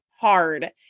hard